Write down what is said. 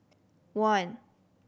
one